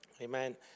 Amen